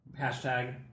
Hashtag